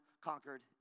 conquered